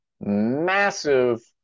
massive